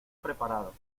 preparados